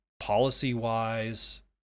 policy-wise